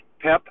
PEP